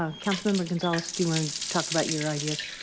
ah councilmember gonzales, d my talking about your idea?